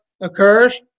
occurs